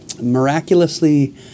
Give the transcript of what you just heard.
miraculously